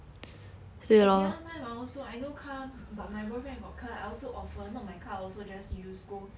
and the other time I also I no car but my boyfriend got car I also offer not my car also just use go